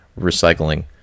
recycling